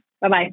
Bye-bye